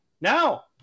now